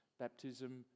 Baptism